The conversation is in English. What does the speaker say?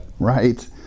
Right